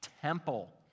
temple